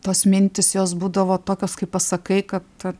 tos mintys jos būdavo tokios kaip pasakai kad